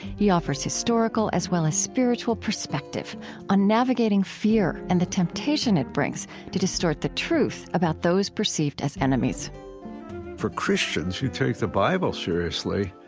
he offers historical as well as spiritual perspective on navigating fear, and the temptation it brings to distort the truth about those perceived as enemies for christians who take the bible seriously,